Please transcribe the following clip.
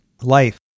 life